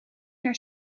naar